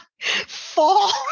fall